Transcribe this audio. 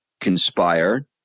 conspire